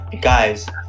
Guys